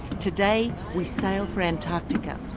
today we sail for antarctica.